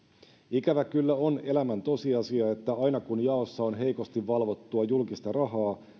ikävä kyllä on elämän tosiasia että aina kun jaossa on heikosti valvottua julkista rahaa